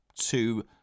two